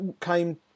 came